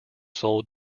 sold